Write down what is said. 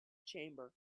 chamber